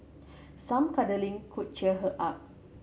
some cuddling could cheer her up